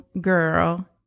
girl